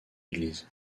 église